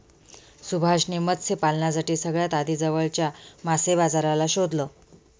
सुभाष ने मत्स्य पालनासाठी सगळ्यात आधी जवळच्या मासे बाजाराला शोधलं